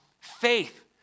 faith